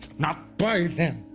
not by them,